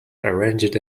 arranged